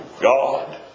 God